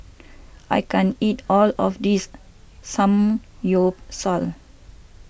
I can't eat all of this Samgyeopsal